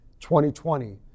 2020